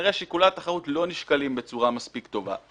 כנראה ששיקולי התחרות לא נשקלים בצורה מספיק טובה.